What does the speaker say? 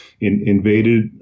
invaded